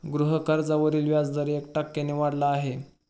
गृहकर्जावरील व्याजदर एक टक्क्याने वाढला आहे